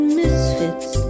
misfits